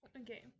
Okay